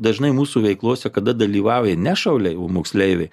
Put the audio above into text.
dažnai mūsų veiklose kada dalyvauja ne šauliai moksleiviai